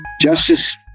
Justice